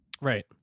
Right